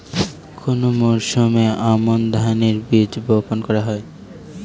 কোন মরশুমে আমন ধানের বীজ বপন করা হয়?